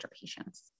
patients